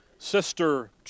sister